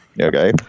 Okay